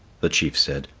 the chief said,